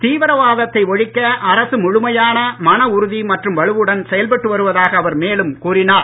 தீவிரவாதத்தை ஒழிக்க அரசு முழுமையான மன உறுதி மற்றும் வலுவுடன் செயல்பட்டு வருவதாக அவர் மேலும் கூறினார்